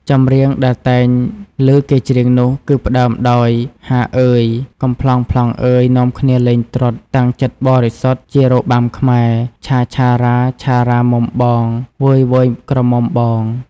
ម្រៀងដែលតែងឮគេច្រៀងនោះគឺផ្ដើមដោយ «ហ្អាអ៉ើយ!!! កំប្លង់ៗអ្ហើយ នាំគ្នាលេងត្រុដិ តាំងចិត្តបរិសុទ្ធ ជារបាំខ្មែរ ឆាៗរ៉ាឆារ៉ាមុំបង វើយៗក្រមុំបង.....»។